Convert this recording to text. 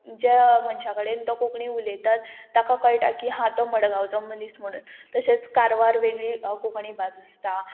ज्या मनशा कडेन तो कोंकणी उलयता ताका कळटा की हा तो मडगांवचो मनीस म्हणून तशेंच कारवार वेगळी कोंकणी भास आसता